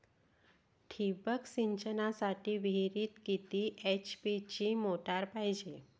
ठिबक सिंचनासाठी विहिरीत किती एच.पी ची मोटार पायजे?